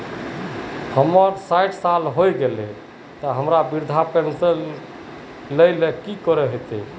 हमर सायट साल होय गले ते अब हमरा वृद्धा पेंशन ले की करे ले होते?